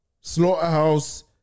Slaughterhouse